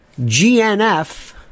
GNF